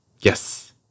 Yes